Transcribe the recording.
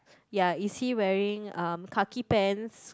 ya is he wearing um khaki pants